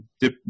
Dip